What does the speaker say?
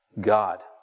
God